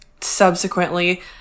subsequently